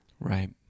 Right